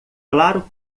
claro